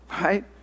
Right